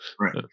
Right